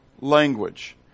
language